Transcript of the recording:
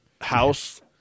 house